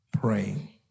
praying